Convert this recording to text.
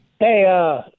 Hey